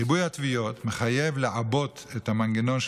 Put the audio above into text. ריבוי התביעות מחייב לעבות את המנגנון של